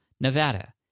Nevada